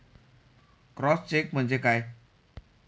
Cross check म्हणजे काय?